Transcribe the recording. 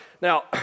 Now